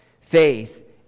Faith